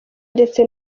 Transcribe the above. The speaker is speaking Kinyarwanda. ndetse